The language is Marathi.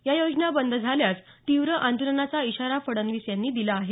या योजना बंद झाल्यास तीव्र आंदोलनाचा इशारा फडणवीस यांनी दिला आहे